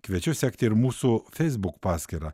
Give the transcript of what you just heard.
kviečiu sekti ir mūsų facebook paskyrą